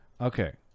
Okay